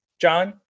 John